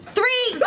Three